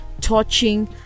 touching